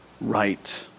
right